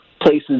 places